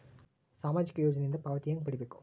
ಸಾಮಾಜಿಕ ಯೋಜನಿಯಿಂದ ಪಾವತಿ ಹೆಂಗ್ ಪಡಿಬೇಕು?